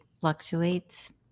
fluctuates